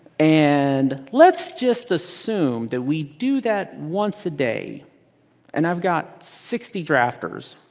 and let's just assume that we do that once a day and i've got sixty drafters.